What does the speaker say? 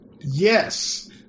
Yes